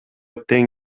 тең